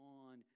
on